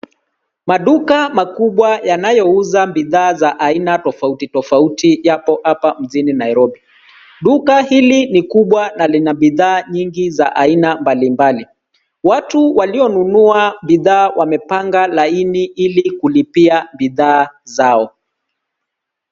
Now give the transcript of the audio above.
Maduka makubwa yanayouza bidhaa za aina tofauti tofauti yapo hapa mjini Nairobi. Duka hili ni kubwa na lina bidhaa nyingi za aina mbali mbali. Watu walionunua bidhaa wamepanga laini ili kulipia bidhaa zao.